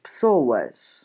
pessoas